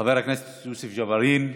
חבר הכנסת יוסף ג'בארין,